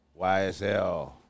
YSL